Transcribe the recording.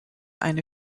eine